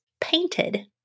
painted